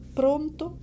pronto